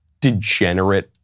degenerate